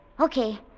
Okay